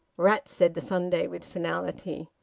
rats! said the sunday, with finality.